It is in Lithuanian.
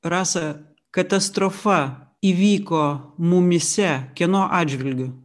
rasa katastrofa įvyko mumyse kieno atžvilgiu